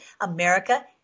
America